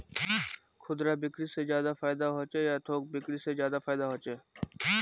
खुदरा बिक्री से ज्यादा फायदा होचे या थोक बिक्री से ज्यादा फायदा छे?